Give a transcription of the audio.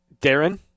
Darren